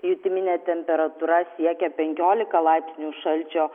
jutiminė temperatūra siekia penkiolika laipsnių šalčio